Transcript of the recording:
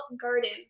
garden